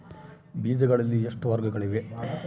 ಬೇಜಗಳಲ್ಲಿ ಎಷ್ಟು ವರ್ಗಗಳಿವೆ?